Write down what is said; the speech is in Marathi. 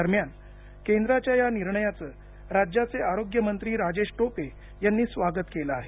दरम्यान केंद्राच्या या निर्णयाचं राज्याचे आरोग्यमंत्री राजेश टोपे यांनी स्वागत केलं आहे